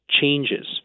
changes